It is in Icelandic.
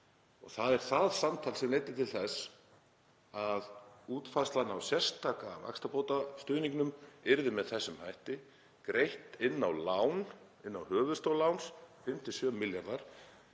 Það er það samtal sem leiddi til þess að útfærslan á sérstaka vaxtabótastuðningnum yrði með þessum hætti, greitt inn á höfuðstól láns, 5–7 milljarðar,